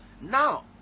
Now